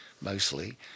mostly